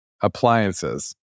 appliances